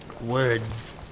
words